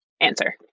answer